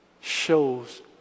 shows